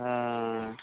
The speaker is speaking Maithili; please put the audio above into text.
हँ